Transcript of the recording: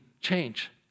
change